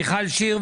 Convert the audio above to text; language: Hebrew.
מיכל שיר.